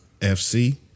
FC